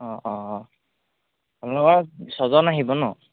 অঁ অঁ অঁ আপোনালোকৰ ছয়জন আহিব ন